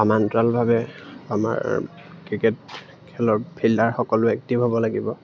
সমান্তৰালভাৱে আমাৰ ক্ৰিকেট খেলৰ ফিল্ডাৰ সকলো এক্টিভ হ'ব লাগিব